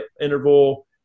interval